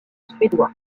suédois